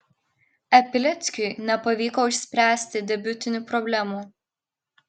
e pileckiui nepavyko išspręsti debiutinių problemų